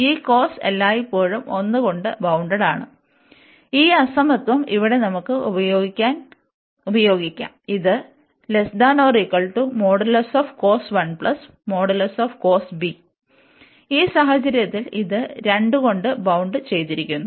ഈ cos എല്ലായ്പ്പോഴും 1 കൊണ്ട് ബൌൺഡ്ടാണ് ഈ അസമത്വം ഇവിടെ നമുക്ക് ഉപയോഗിക്കാം ഇത് ഈ സാഹചര്യത്തിൽ ഇത് 2 കൊണ്ട് ബൌൺഡ് ചെയ്തിരിക്കുന്നു